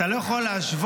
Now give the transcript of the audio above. אתה לא יכול להשוות,